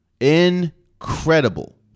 incredible